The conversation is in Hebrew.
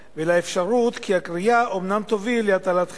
ולאפשרות כי הקריאה אומנם תוביל להטלת חרם.